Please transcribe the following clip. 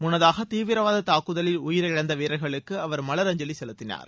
முன்னதாக தீவிரவாத தாக்குதலில் உயிரிழந்த வீரர்களுக்கு அவர் மலரஞ்சலி செலுத்தினார்